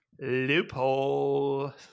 Loophole